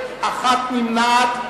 נתקבלה.